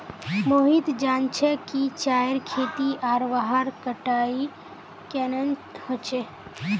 मोहित जान छ कि चाईर खेती आर वहार कटाई केन न ह छेक